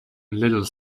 little